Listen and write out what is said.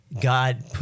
God